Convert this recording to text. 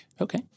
Okay